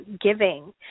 giving